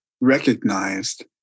recognized